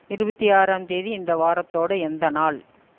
இருபத்தி ஆறாம் தேதி இந்த வாரத்தோடய எந்த நாள்